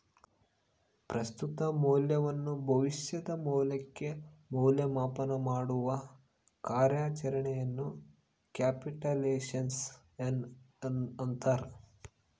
ಪ್ರಸ್ತುತ ಮೌಲ್ಯವನ್ನು ಭವಿಷ್ಯದ ಮೌಲ್ಯಕ್ಕೆ ಮೌಲ್ಯ ಮಾಪನಮಾಡುವ ಕಾರ್ಯಾಚರಣೆಯನ್ನು ಕ್ಯಾಪಿಟಲೈಸೇಶನ್ ಅಂತಾರ